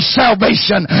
salvation